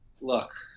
look